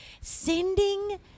sending